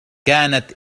كانت